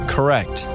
Correct